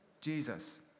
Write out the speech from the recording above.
Jesus